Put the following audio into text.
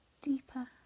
deeper